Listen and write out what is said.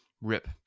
Rip